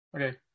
Okay